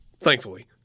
thankfully